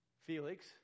Felix